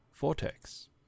Vortex